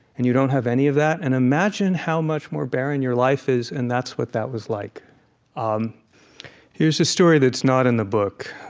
and you don't have any of that. and imagine how much more barren your life is, and that's what that was like um here's a story that's not in the book.